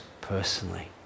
personally